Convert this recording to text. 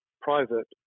private